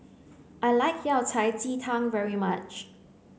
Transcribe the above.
I like Yao Cai Ji Tang very much